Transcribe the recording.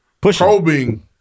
probing